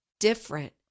Different